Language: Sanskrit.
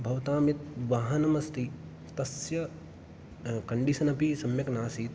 भवतां यत् वाहनमस्ति तस्य कण्डिशन् अपि सम्यक् नासीत्